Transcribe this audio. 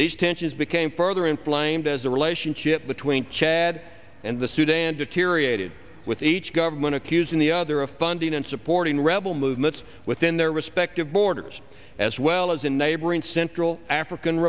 these tensions became further inflamed as the relationship between chad and the sudan deteriorated with each government accusing the other of funding and supporting rebel movements within their respective borders as well as in neighboring central african